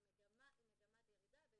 המעגל השני, אני